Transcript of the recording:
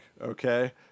Okay